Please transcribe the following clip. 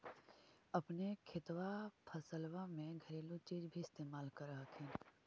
अपने खेतबा फसल्बा मे घरेलू चीज भी इस्तेमल कर हखिन?